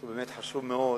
שהוא באמת חשוב מאוד.